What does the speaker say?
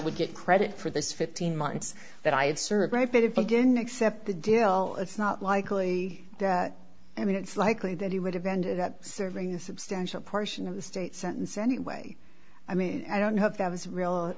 would get credit for this fifteen months that i have served my bit of begin except the deal it's not likely that i mean it's likely that he would have ended up serving a substantial portion of the state sentence anyway i mean i don't hope that was real